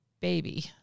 baby